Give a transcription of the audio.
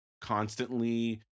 constantly